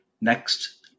next